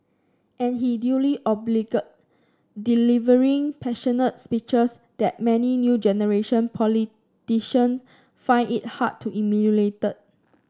and he duly obliged delivering passionate speeches that many new generation politician find it hard to emulat